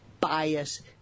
bias